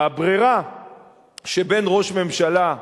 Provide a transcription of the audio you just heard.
הברירה של ראש ממשלה,